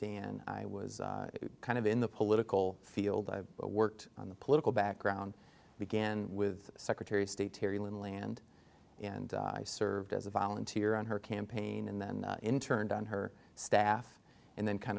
dan i was kind of in the political field i worked on the political background began with secretary of state terry lane land and i served as a volunteer on her campaign and then interned on her staff and then kind